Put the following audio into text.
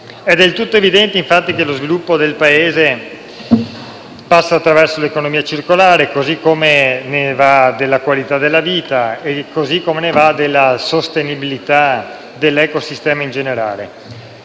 È del tutto evidente, infatti, che lo sviluppo del Paese passa attraverso l'economia circolare; ne va della qualità della vita come della sostenibilità dell'ecosistema in generale.